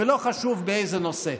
ולא חשוב באיזה נושא.